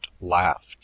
laughed